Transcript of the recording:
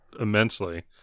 immensely